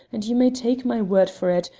and you may take my word for it,